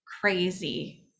crazy